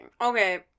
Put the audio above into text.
Okay